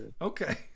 Okay